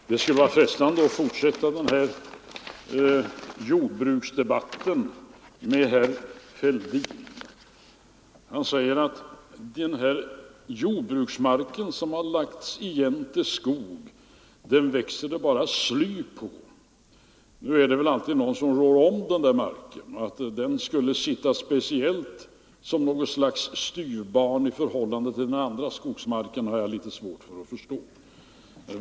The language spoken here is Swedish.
Herr talman! Det skulle vara frestande att fortsätta jordbruksdebatten med herr Fälldin. Han säger att den jordbruksmark som lagts igen till skog växer det bara sly på. Nu är det väl alltid någon som rår om marken, och att denna mark skulle behandlas speciellt styvmoderligt i förhållande till den andra skogsmarken har jag litet svårt att förstå.